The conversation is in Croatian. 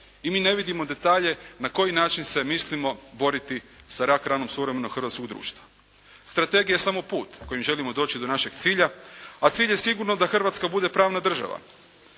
i mi ne vidimo detalje na koji način se mislimo boriti sa rak-ranom suvremenog hrvatskog društva. Strategija je samo put kojim želimo doći do našeg cilja, a cilj je sigurno da Hrvatska bude pravna država.